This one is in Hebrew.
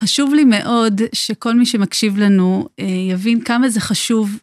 חשוב לי מאוד שכל מי שמקשיב לנו יבין כמה זה חשוב.